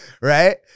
right